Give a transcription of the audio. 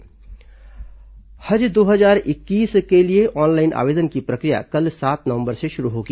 हज ऑनलाइन आवेदन हज दो हजार इक्कीस के लिए ऑनलाइन आवेदन की प्रक्रिया कल सात नवंबर से शुरू होगी